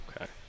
okay